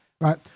right